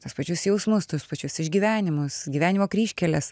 tuos pačius jausmus tuos pačius išgyvenimus gyvenimo kryžkeles